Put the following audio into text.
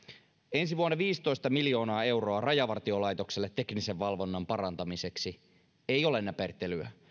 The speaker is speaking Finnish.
ensi vuonna tulee viisitoista miljoonaa euroa rajavartiolaitokselle teknisen valvonnan parantamiseksi ei ole näpertelyä tulee